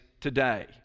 today